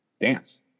dance